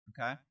Okay